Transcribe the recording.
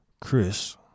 Chris